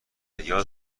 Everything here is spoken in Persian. ریال